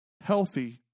healthy